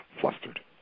flustered